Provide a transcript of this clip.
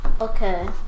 Okay